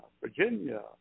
Virginia